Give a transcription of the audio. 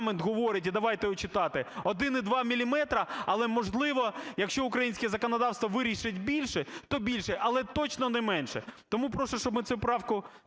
Дякую